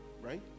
right